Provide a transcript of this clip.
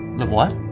ma-what?